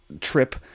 trip